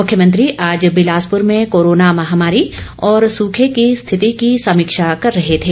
मुख्यमंत्री आज बिलासपुर में कोरोना महामारी और सूखे की स्थिति की समीक्षा कर रहे थे